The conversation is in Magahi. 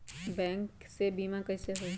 बैंक से बिमा कईसे होई?